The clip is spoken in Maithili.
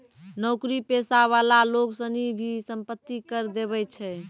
नौकरी पेशा वाला लोग सनी भी सम्पत्ति कर देवै छै